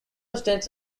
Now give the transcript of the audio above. states